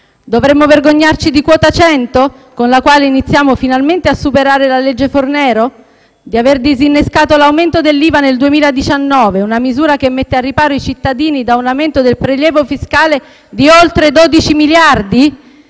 Dovremmo vergognarci di quota 100, con la quale iniziamo finalmente a superare la legge Fornero? Di aver disinnescato l'aumento dell'IVA nel 2019, una misura che mette al riparo i cittadini da un aumento del prelievo fiscale di oltre 12 miliardi?